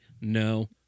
No